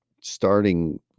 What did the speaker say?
starting